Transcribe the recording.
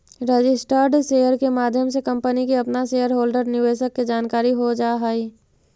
registered share के माध्यम से कंपनी के अपना शेयर होल्डर निवेशक के जानकारी हो जा हई